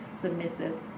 submissive